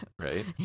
right